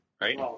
right